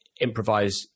improvise